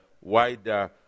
wider